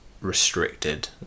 restricted